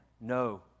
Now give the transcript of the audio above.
no